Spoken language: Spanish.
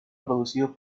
producido